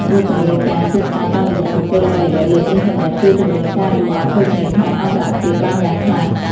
យុទ្ធនាការទីផ្សារតាមរយៈបុគ្គលល្បីៗលើអ៊ីនធឺណិត ជួយជម្រុញការលក់ឱ្យភោជនីយដ្ឋានអន្តរជាតិបានយ៉ាងខ្លាំង។